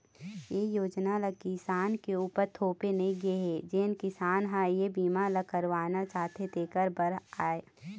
ए योजना ल किसान के उपर थोपे नइ गे हे जेन किसान ह ए बीमा ल करवाना चाहथे तेखरे बर आय